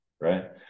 right